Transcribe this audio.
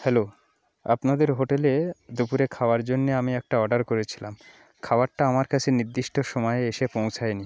hello আপনাদের হোটেলে দুপুরে খাওয়ার জন্যে আমি একটা অর্ডার করেছিলাম খাওয়ারটা আমার কাছে নির্দিষ্ট সময়ে এসে পৌঁছায় নি